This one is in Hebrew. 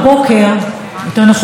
נרצחה עוד אישה.